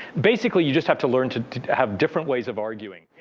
basically, you just have to learn to have different ways of arguing.